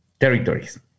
territories